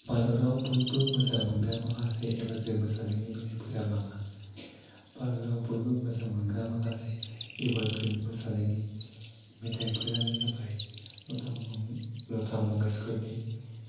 भारताव बयबो मोजां मोनग्रा माखासे एबा फेमास जानायनि मेथाइफोरा मा मा भारताव बयबो मोजां मोनग्रा माखासे एभारग्रिन मोसानायनि मेथाइफोरानो जाबाय लता मंगेशकरनि